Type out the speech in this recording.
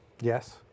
Yes